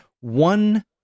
one